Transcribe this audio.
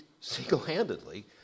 single-handedly